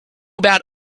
about